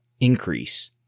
increase